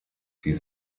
sie